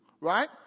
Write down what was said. right